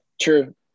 True